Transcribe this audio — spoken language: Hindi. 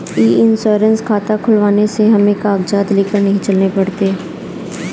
ई इंश्योरेंस खाता खुलवाने से हमें कागजात लेकर नहीं चलने पड़ते